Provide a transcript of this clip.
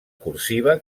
cursiva